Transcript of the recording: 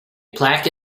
plaque